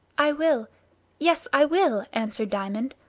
i will yes, i will, answered diamond,